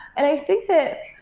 and i think that,